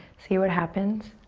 see what happens.